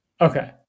Okay